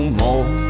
more